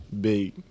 big